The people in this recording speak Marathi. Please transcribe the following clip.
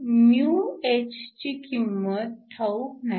μh ची किंमत ठाऊक नाही